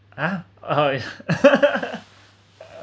ha !oho! is